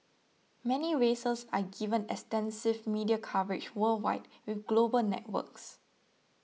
many races are given extensive media coverage worldwide with global networks